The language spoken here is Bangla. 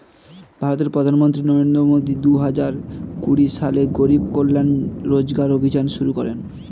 ভারতের প্রধানমন্ত্রী নরেন্দ্র মোদি দুহাজার কুড়ি সালে গরিব কল্যাণ রোজগার অভিযান শুরু করেন